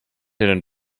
eren